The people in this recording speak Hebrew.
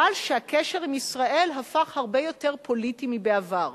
אבל שהקשר עם ישראל הפך הרבה יותר פוליטי מבעבר.